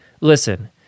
Listen